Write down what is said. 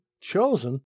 chosen